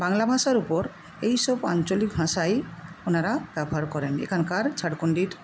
বাংলা ভাষার ওপর এইসব আঞ্চলিক ভাষাই ওনারা ব্যবহার করেন এখানকার ঝাড়খণ্ডীর